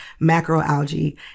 macroalgae